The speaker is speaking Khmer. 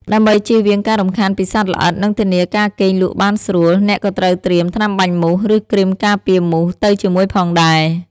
ដើម្បីជៀសវាងការរំខានពីសត្វល្អិត និងធានាការគេងលក់បានស្រួល អ្នកក៏ត្រូវត្រៀម ថ្នាំបាញ់មូស ឬគ្រីមការពារមូស ទៅជាមួយផងដែរ។